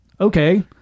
Okay